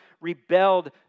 rebelled